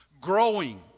growing